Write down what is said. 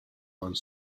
runs